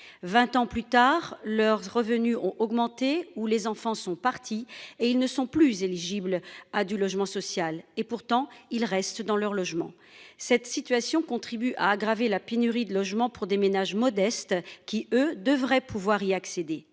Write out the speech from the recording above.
20 ans plus tard, leurs revenus ont augmenté, où les enfants sont partis, et ils ne sont plus éligibles à du logement social. Et pourtant, ils restent dans leur logement. Cette situation contribue à aggraver la pénurie de logements pour des ménages modestes qui eux devraient pouvoir y accéder.